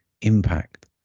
impact